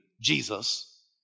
Jesus